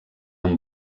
amb